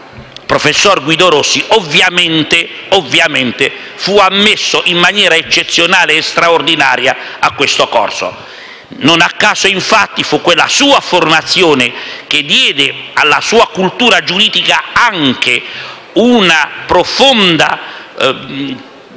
giovane Guido Rossi, venne ammesso in maniera eccezionale e straordinaria a questo corso. Non a caso, infatti, quella sua formazione, consentì alla sua cultura giuridica anche una profonda